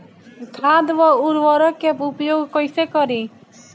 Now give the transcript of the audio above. खाद व उर्वरक के उपयोग कईसे करी?